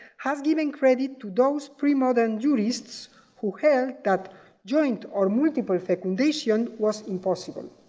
has given credit to those premodern jurists who held that joint or multiple fecundation was impossible.